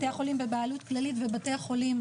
בתי החולים בבעלות כללית ובתי החולים